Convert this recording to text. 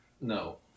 No